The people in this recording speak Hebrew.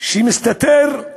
שמסתתרות